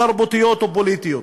תרבותיות ופוליטיות".